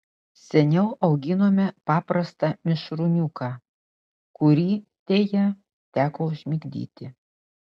seniau auginome paprastą mišrūniuką kurį deja teko užmigdyti